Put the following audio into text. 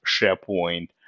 SharePoint